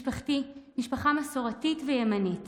משפחתי משפחה מסורתית וימנית.